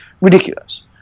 Ridiculous